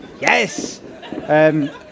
Yes